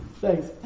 Thanks